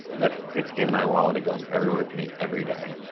but it's in my wallet, it goes everywhere with me every day.